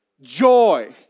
Joy